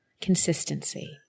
consistency